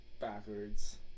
backwards